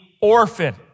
orphan